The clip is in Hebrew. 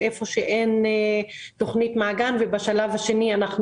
היכן שאין תכנית מעגן ובשלב השני אנחנו